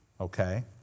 okay